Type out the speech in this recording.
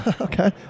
Okay